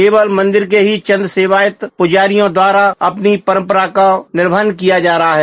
केवल मंदिर के ही चंद सेवायत पुजारियों द्वारा अपनी परंपरा का निर्वाहन किया जा रहा है